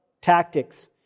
tactics